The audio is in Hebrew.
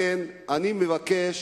לכן, אני מבקש